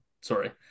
Sorry